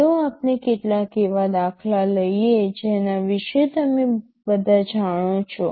ચાલો આપણે કેટલાક એવા દાખલા લઈએ જેના વિશે તમે બધા જાણો છો